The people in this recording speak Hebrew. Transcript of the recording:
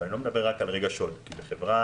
אני לא מדבר רק על רגשות כי בחברה